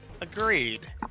agreed